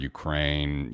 Ukraine